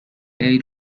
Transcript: عید